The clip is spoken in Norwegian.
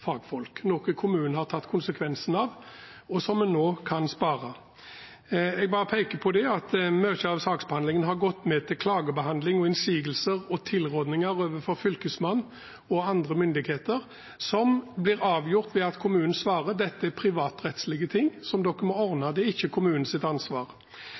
fagfolk, noe kommunen har tatt konsekvensen av, og som vi nå kan spare. Jeg vil bare peke på at mye av saksbehandlingen har gått med til klagebehandling, innsigelser og tilrådninger overfor Fylkesmannen og andre myndigheter, som blir avgjort ved at kommunen svarer at dette er privatrettslige ting som folk selv må ordne, det er ikke kommunens ansvar.